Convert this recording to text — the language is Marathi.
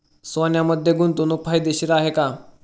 सोन्यामध्ये गुंतवणूक फायदेशीर आहे का?